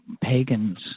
pagans